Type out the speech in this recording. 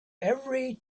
every